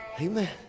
Amen